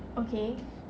okay